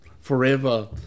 forever